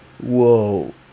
Whoa